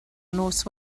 nos